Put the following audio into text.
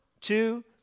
two